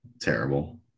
terrible